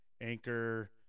Anchor